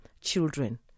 Children